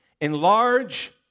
Enlarge